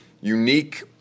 unique